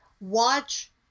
watch